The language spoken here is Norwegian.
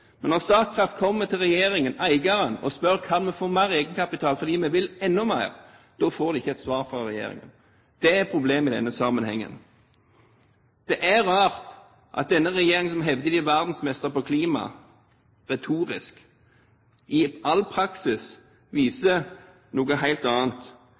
Men når Statkraft kommer til regjeringen, eieren, og spør om de kan få mer egenkapital, fordi de vil enda mer, får de ikke svar. Dét er problemet i denne sammenhengen. Det er rart at denne regjeringen, som retorisk hevder at den er verdensmester når det gjelder klima, i praksis gjør noe helt annet.